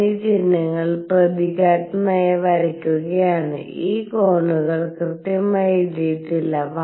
ഞാൻ ഈ ചിഹ്നങ്ങൾ പ്രതീകാത്മകമായി വരയ്ക്കുകയാണ് ഈ കോണുകൾ കൃത്യമായി എഴുതിയിട്ടില്ല